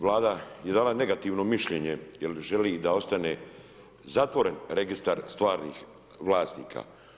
Vlada je dala negativno mišljenje jer želi da ostane zatvoren Registar stvarnih vlasnika.